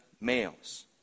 males